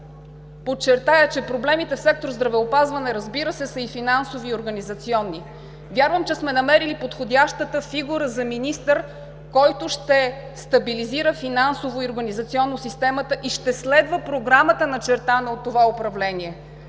подчертая, че проблемите в сектор „Здравеопазване“, разбира се, са и финансови, и организационни. Вярвам, че сме намерили подходящата фигура за министър, който ще стабилизира финансово и организационно системата, и ще следва Програмата, начертана от това управление.